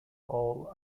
hall